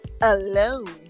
alone